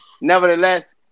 nevertheless